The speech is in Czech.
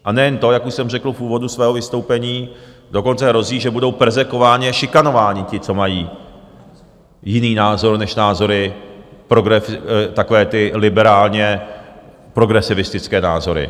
A nejen to, jak už jsem řekl v úvodu svého vystoupení, dokonce hrozí, že budou perzekvováni a šikanováni ti, co mají jiný názor než názory... takové ty liberálně progresivistické názory.